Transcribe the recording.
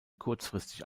kurzfristig